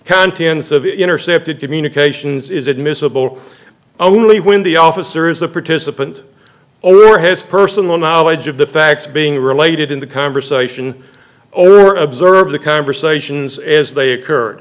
contents of intercepted communications is admissible only when the officer is a participant or has personal knowledge of the facts being related in the conversation over observe the conversations as they occur